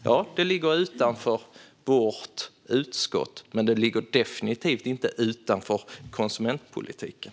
Ja, det ligger utanför vårt utskott, men det ligger definitivt inte utanför konsumentpolitiken.